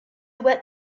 wet